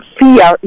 fear